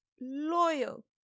loyal